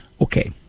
Okay